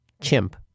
Chimp